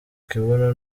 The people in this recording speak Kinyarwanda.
kibuno